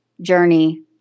journey